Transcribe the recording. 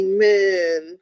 Amen